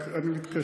רק אני מתקשה.